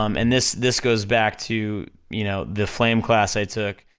um and this, this goes back to, you know, the flame class i took,